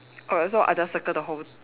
err so I just circle the whole